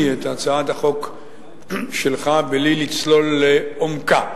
את הצעת החוק שלך בלי לצלול לעומקה.